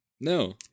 No